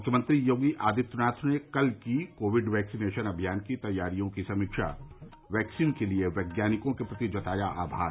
मुख्यमंत्री योगी आदित्यनाथ ने कल की कोविड वैक्सिनेशन अभियान की तैयारियों की समीक्षा वैक्सीन के लिए वैज्ञानिकों के प्रति जताया आभार